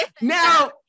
Now